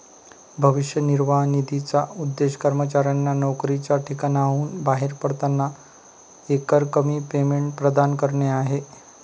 भविष्य निर्वाह निधीचा उद्देश कर्मचाऱ्यांना नोकरीच्या ठिकाणाहून बाहेर पडताना एकरकमी पेमेंट प्रदान करणे आहे